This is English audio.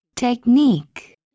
technique